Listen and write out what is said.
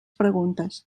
preguntes